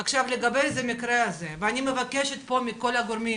עכשיו, לגבי המקרה הזה, ואני מבקשת פה מכל הגורמים